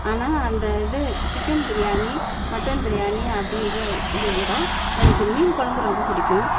ஆனால் அந்த இது சிக்கன் பிரியாணி மட்டன் பிரியாணி அப்படின்ற இதைவிட எனக்கு மீன் குழம்பு ரொம்ப பிடிக்கும்